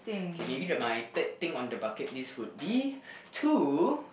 okay maybe the my third thing on the bucket list would be to